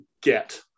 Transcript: get